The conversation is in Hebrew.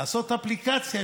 לעשות אפליקציה,